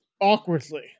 awkwardly